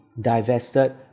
divested